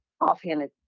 offhanded